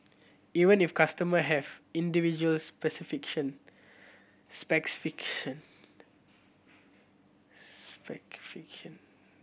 even if customer have individual